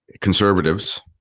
conservatives